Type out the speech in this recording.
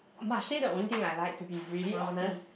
Marche the only thing I like to be really honest